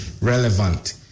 relevant